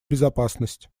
безопасность